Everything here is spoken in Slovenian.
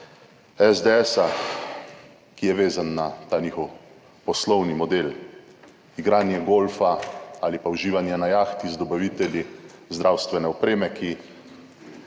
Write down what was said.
SDS, ki je vezan na ta njihov poslovni model, igranje golfa ali pa uživanje na jahti z dobavitelji zdravstvene opreme, ki